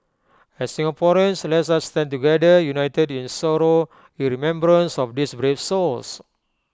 as Singaporeans let us stand together united in sorrow in remembrance of these brave souls